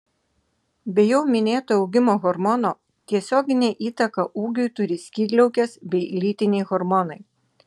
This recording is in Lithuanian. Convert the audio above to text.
be jau minėto augimo hormono tiesioginę įtaką ūgiui turi skydliaukės bei lytiniai hormonai